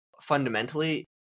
fundamentally